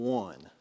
one